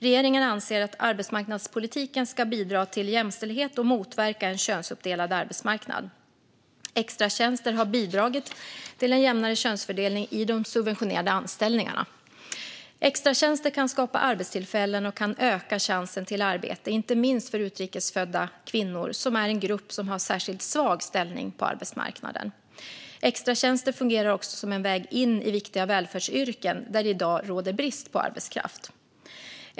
Regeringen anser att arbetsmarknadspolitiken ska bidra till jämställdhet och motverka en könsuppdelad arbetsmarknad. Extratjänster har bidragit till en jämnare könsfördelning i de subventionerade anställningarna. Extratjänster kan skapa arbetstillfällen och kan öka chansen till arbete, inte minst för utrikes födda kvinnor som är en grupp som har särskilt svag ställning på arbetsmarknaden. Extratjänster fungerar också som en väg in i viktiga välfärdsyrken där det i dag råder brist på arbetskraft.